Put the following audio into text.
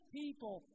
people